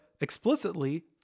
explicitly